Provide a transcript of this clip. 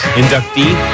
inductee